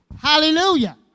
Hallelujah